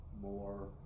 more